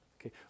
Okay